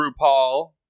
RuPaul